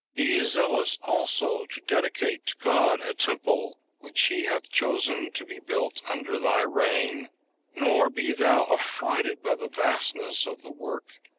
be zealous also to dedicate to god a temple, which he hath chosen to be built under thy reign nor be thou affrighted by the vastness of the work,